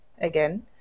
again